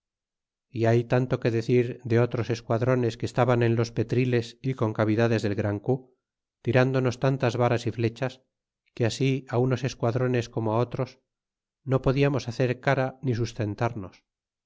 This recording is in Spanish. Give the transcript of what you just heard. y hay tanto que decir de otros esquad ron es que estaban en los pe trile s y concavidades del gran cu tirándonos tantas varas y flechas que así unos esquadrones como los otros no podíamos hacer cara ni sustentarnos